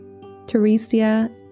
Teresia